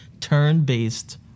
turn-based